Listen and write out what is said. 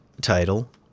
title